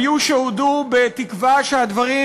היו שהודו בתקווה שהדברים,